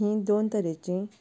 हीं दोन तरेचीं